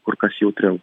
kur kas jautriau